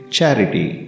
Charity